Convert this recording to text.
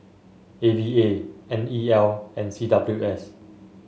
A V A N E L and C W S